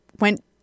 went